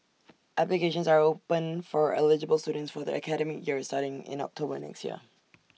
applications are open for eligible students for the academic year starting in October next year